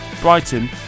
Brighton